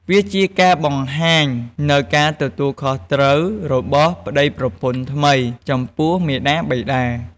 វាជាការបង្ហាញនូវការទទួលខុសត្រូវរបស់ប្តីប្រពន្ធថ្មីចំពោះមាតាបិតា។